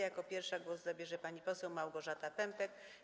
Jako pierwsza głos zabierze pani poseł Małgorzata Pępek.